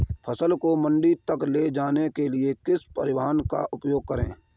फसल को मंडी तक ले जाने के लिए किस परिवहन का उपयोग करें?